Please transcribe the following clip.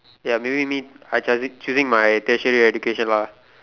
ya maybe me I charge it choosing my tertiary education lah